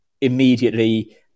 immediately